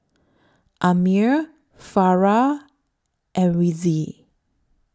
Ammir Farah and Rizqi